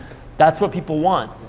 that's what people want.